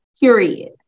period